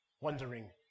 wondering